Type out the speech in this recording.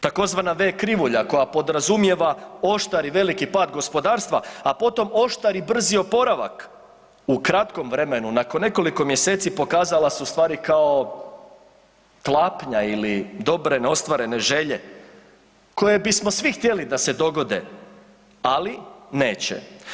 Tzv. V krivlja koja podrazumijeva oštar i veliki pad gospodarstva, a potom oštar i brzi oporavak u kratkom vremenu nakon nekoliko mjeseci pokazala su stvari kao klapnja ili dobre neostvarene želje koje bismo svi htjeli da se dogode, ali neće.